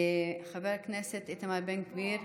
חבר הכנסת איתמר בן גביר?